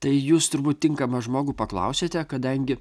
tai jūs turbūt tinkamą žmogų paklausėte kadangi